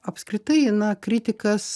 apskritai na kritikas